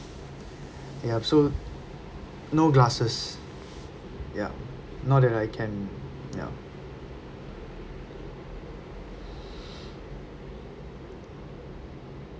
ya so no glasses ya not that I can ya